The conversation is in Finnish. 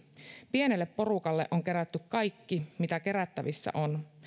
pienelle porukalle on kerätty kaikki mitä kerättävissä on